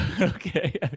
Okay